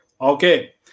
okay